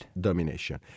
domination